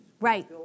Right